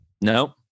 no